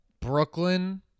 Brooklyn